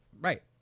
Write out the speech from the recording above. right